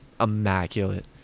immaculate